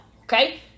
okay